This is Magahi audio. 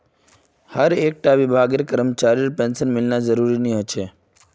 हर एक टा विभागेर करमचरीर पेंशन मिलना ज़रूरी नि होछे